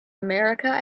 america